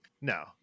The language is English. no